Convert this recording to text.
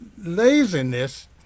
laziness